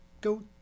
go